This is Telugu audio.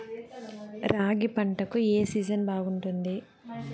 రాగి పంటకు, ఏ సీజన్ బాగుంటుంది?